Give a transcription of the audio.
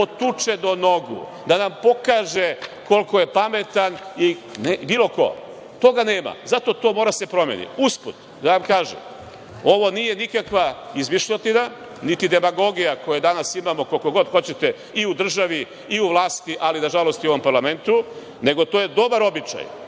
potuče do nogu, da nam pokaže koliko je pametan, bilo ko. Toga nema. Zato to mora da se promeni. Usput, da vam kažem ovo nije nikakva izmišljotina, niti demagogija koje danas imamo koliko god hoćete i u državi i u vlasti, ali nažalost i u ovom parlamentu, nego to je dobar običaj.